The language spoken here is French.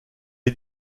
est